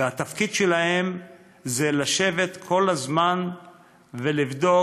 והתפקיד שלהם זה לשבת כל הזמן ולבדוק